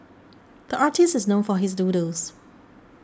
the artist is known for his doodles